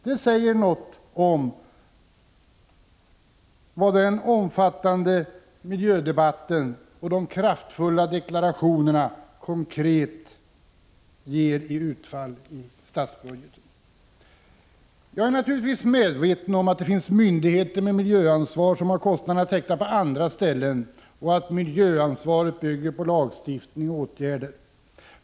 Det säger något om vad den omfattande miljödebatten och de kraftfulla deklarationerna konkret ger i utfall i statsbudgeten. Jag är naturligtvis medveten om att det finns myndigheter med miljöansvar som har kostnaderna täckta på andra ställen och att miljöansvaret bygger på lagstiftning och åtgärder.